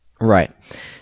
right